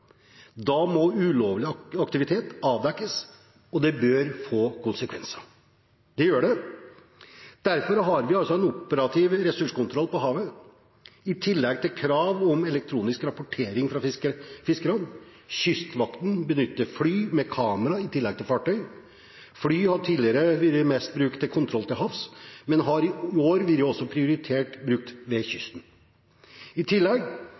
Da må ulovlig aktivitet avdekkes, og det bør få konsekvenser. Og det gjør det. Derfor har vi en operativ ressurskontroll på havet i tillegg til krav om elektronisk rapportering fra fiskerne. Kystvakten benytter fly med kamera i tillegg til fartøy. Fly har tidligere vært mest brukt til kontroll til havs, men har i år vært prioritert brukt også ved kysten. I tillegg